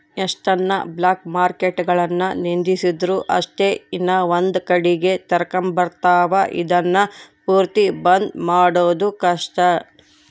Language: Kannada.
ಎಷ್ಟನ ಬ್ಲಾಕ್ಮಾರ್ಕೆಟ್ಗುಳುನ್ನ ನಿಂದಿರ್ಸಿದ್ರು ಅಷ್ಟೇ ಇನವಂದ್ ಕಡಿಗೆ ತೆರಕಂಬ್ತಾವ, ಇದುನ್ನ ಪೂರ್ತಿ ಬಂದ್ ಮಾಡೋದು ಕಷ್ಟ